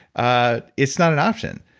ah it's not an option.